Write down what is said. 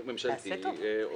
ממשלתי,